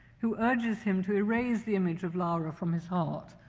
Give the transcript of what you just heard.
who urges him to erase the image of laura from his heart,